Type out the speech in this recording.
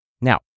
Now